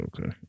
okay